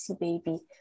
baby